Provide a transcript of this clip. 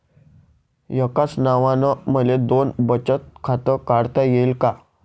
एकाच नावानं मले दोन बचत खातं काढता येईन का?